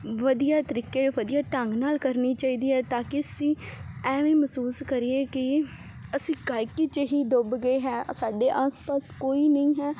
ਵਧੀਆ ਤਰੀਕੇ ਵਧੀਆ ਢੰਗ ਨਾਲ ਕਰਨੀ ਚਾਹੀਦੀ ਹੈ ਤਾਂ ਕਿ ਅਸੀਂ ਐਵੇਂ ਮਹਿਸੂਸ ਕਰੀਏ ਕਿ ਅਸੀਂ ਗਾਇਕੀ 'ਚ ਹੀ ਡੁੱਬ ਗਏ ਹੈ ਸਾਡੇ ਆਸ ਪਾਸ ਕੋਈ ਨਹੀਂ ਹੈ